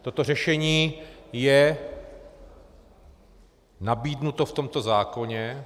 Toto řešení je nabídnuto v tomto zákoně.